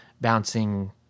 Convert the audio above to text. bouncing